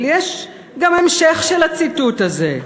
אבל יש גם המשך לציטוט הזה,